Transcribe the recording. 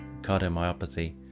cardiomyopathy